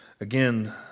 Again